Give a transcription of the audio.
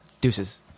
Deuces